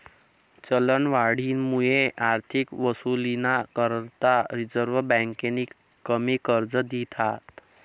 चलनवाढमुये आर्थिक वसुलीना करता रिझर्व्ह बँकेनी कमी कर्ज दिधात